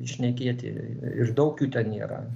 šnekėti ir daug jų ten nėra